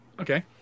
Okay